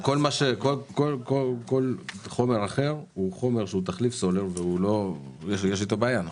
כל חומר אחר הוא תחליף סולר ויש איתו בעיה.